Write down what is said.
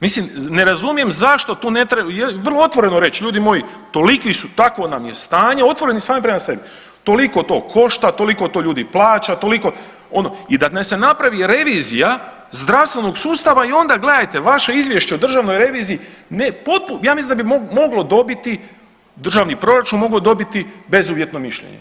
Mislim ne razumije zašto tu ne treba, vrlo otvoreno reći ljudi moji toliku su, takvo nam je stanje, otvoreni sami prema sebi, toliko to košta, toliko to ljudi plaća, toliko ono i da se napravi revizija zdravstvenog sustava i onda gledajte vaše izvješće o državnoj reviziji, ja mislim da bi moglo dobiti državni proračun mogao dobiti bezuvjetno mišljenje.